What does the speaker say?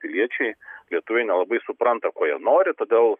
piliečiai lietuviai nelabai supranta ko jie nori todėl